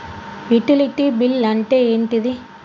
Utility bill అంటే ఏంటిది?